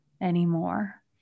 anymore